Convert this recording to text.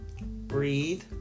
breathe